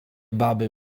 baby